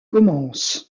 commencent